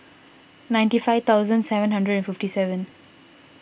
ninety five thousand seven hundred fifty seven